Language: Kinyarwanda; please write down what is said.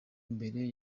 mbere